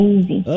Easy